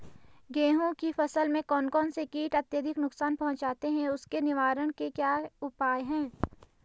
गेहूँ की फसल में कौन कौन से कीट अत्यधिक नुकसान पहुंचाते हैं उसके निवारण के क्या उपाय हैं?